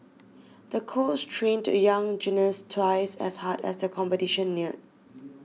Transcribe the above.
the coach trained the young gymnast twice as hard as the competition neared